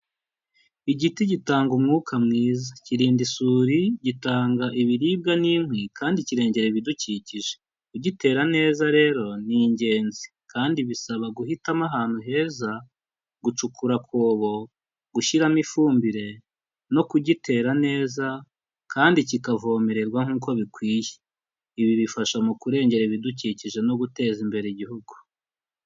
Igiti gitanga umwuka mwiza. Kirinda isuri, gitanga ibiribwa n'inkwi kandi kirengera ibidukikije. Kugitera neza rero ni ingenzi kandi bisaba guhitamo ahantu heza, gucukura akobo, gushyiramo ifumbire no kugitera neza kandi kikavomererwa nkuko bikwiye. Ibi bifasha mu kurengera ibidukikije no guteza imbere igihugu.